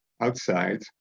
outside